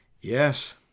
Yes